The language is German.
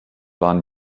waren